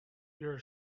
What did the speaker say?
your